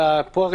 למה לא?